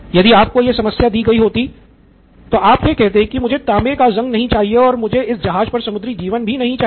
यदि आपको यह समस्या दी गई होती तो आप यह कहते कि मुझे तांबे का ज़ंग नहीं चाहिए और मुझे इस जहाज पर समुद्री जीवन भी नहीं चाहिए